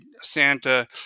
Santa